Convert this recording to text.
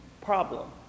Problem